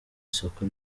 isoko